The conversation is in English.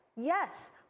Yes